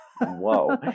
whoa